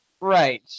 Right